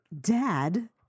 dad